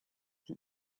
than